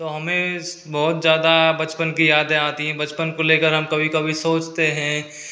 तो हमें बहुत ज़्यादा बचपन की यादें आती हैं बचपन को लेकर कभी कभी हम सोचते हैं